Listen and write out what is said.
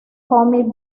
comic